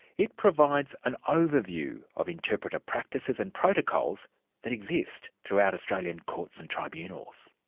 it provides an overview of interpreter practices and protocols that exist throughout australian courts and tribunals.